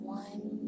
one